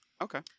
Okay